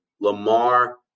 Lamar